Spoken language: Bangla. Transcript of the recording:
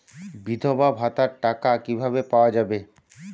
বিধবা ভাতার টাকা কিভাবে পাওয়া যাবে?